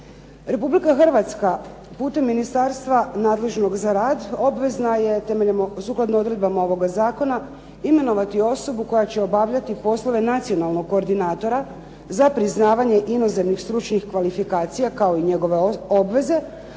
Republika Hrvatska putem ministarstva nadležnog za rad, obvezna je temeljem sukladno odredbama ovog zakona imenovati osobu koja će obavljati poslove nacionalnog koordinatora za priznavanje inozemnih stručnih kvalifikacija kao i njegove obveze,